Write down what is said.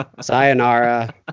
Sayonara